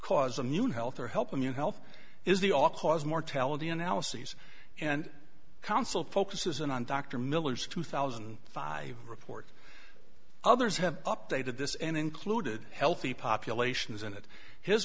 cause a new health or help in your health is the all cause mortality analyses and council focuses in on dr miller's two thousand and five report others have updated this and included healthy populations in it his